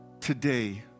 today